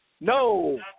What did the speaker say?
No